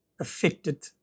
affected